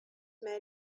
met